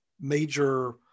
major